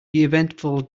eventful